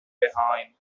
behind